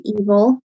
evil